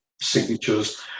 signatures